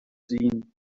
seen